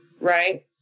right